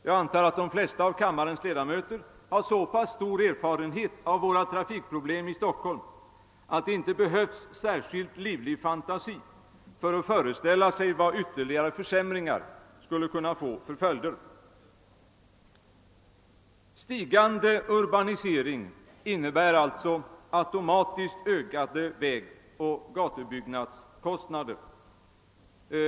Jag anser att de flesta av kammarens ledamöter har så pass stor erfarenhet av våra trafikproblem i Stockholm att det inte behövs någon särskilt livlig fantasi för att föreställa sig vad ytterligare försämringar skulle kunna få för följder. Stigande urbanisering innebär automatiskt ökade vägoch gatubyggnadskostnader.